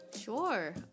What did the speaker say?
Sure